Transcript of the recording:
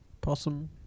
Possum